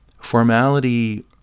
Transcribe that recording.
formality